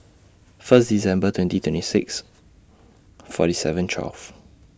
First December twenty twenty six forty seven twelve